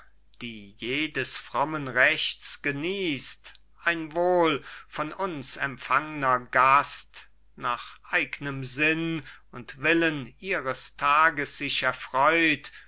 die jedes frommen rechts genießt ein wohl von uns empfangner gast nach eignem sinn und willen ihres tages sich erfreut